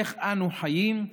איך אנו חיים,